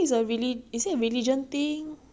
don't know lah 我不懂不管 lah